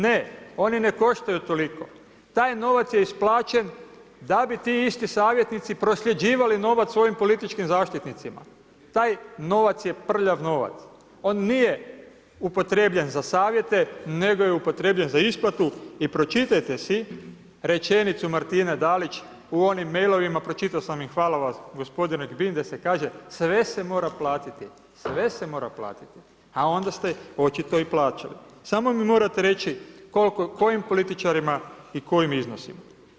Ne, oni ne koštaju toliko, taj novac je isplaćen da bi ti isti savjetnici prosljeđivali novac svojim političkim zaštitnicima, taj novac je prljav novac, on nije upotrijebljen za savjete, nego je upotrijebljen za isplatu i pročitajte si rečenicu Martine Dalić u onim mailovima, pročitao sam ih, hvala vam gospodine Gbindese, kaže sve se mora platiti, sve se mora platiti, a onda ste očito i plaćali, samo mi morate reći kojim političarima i kojim iznosima.